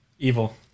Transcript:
Evil